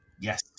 Yes